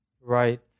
Right